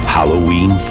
Halloween